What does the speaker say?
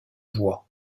voix